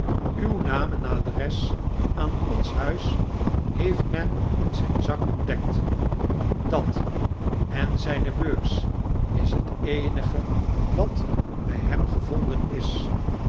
uw naam en adres aan ons huis heeft men in zijn zak ontdekt dat en zijne beurs is het eenige wat by hem gevonden is